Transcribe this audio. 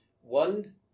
One